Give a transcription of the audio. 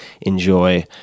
enjoy